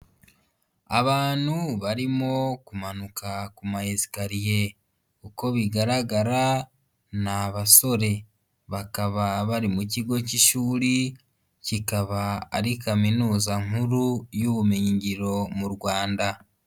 Abantu barimo kumanuka ku mayesikariye, uko bigaragara ni abasore bakaba bari mu kigo k'ishuri kikaba ari Kaminuza nkuru y'ubumenyingiro mu Rwanda.